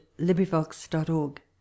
LibriVox.org